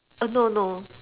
oh no no